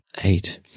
Eight